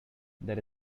there